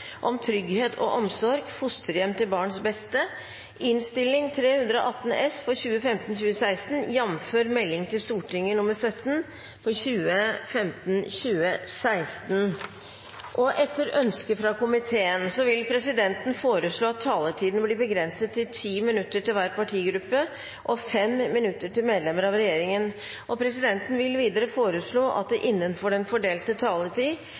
om ordet til sak nr. 4. Etter ønske fra familie- og kulturkomiteen vil presidenten foreslå at taletiden blir begrenset til 10 minutter til hver partigruppe og 5 minutter til medlemmer av regjeringen. Videre vil presidenten foreslå at det – innenfor den fordelte taletid